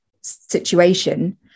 situation